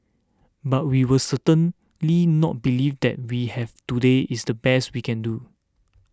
but we will certainly not believe that what we have today is the best we can do